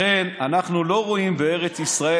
לכן אנחנו לא רואים בארץ ישראל,